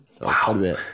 Wow